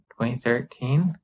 2013